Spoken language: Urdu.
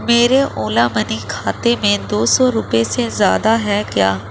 میرے اولا منی کھاتے میں دو سو روپئے سے زیادہ ہے کیا